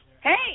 Hey